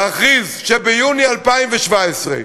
להכריז שביוני 2017,